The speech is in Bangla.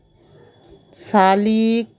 শালিক